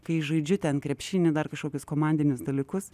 kai žaidžiu ten krepšinį dar kažkokius komandinius dalykus